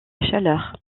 chaleur